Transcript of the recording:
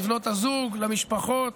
לבנות הזוג, למשפחות,